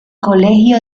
colegio